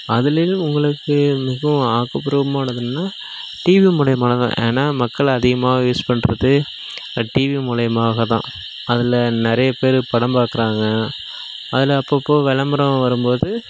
அதிலில் உங்களுக்கு மிகவும் ஆக்கபூர்வமானது என்னதுன்னா டிவி மூலயமாக தான் ஏன்னா மக்கள் அதிகமாக யூஸ் பண்றது டிவி மூலியமாக தான் அதில் நிறைய பேர் படம் பார்க்குறாங்க அதில் அப்பப்போ விளம்பரம் வரும்போது